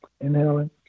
inhaling